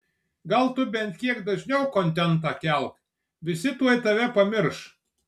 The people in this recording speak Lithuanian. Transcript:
gal tu bent kiek dažniau kontentą kelk visi tuoj tave pamirš